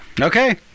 Okay